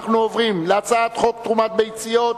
אנחנו עוברים להצעת חוק תרומת ביציות,